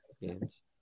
games